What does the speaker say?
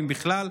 אם בכלל,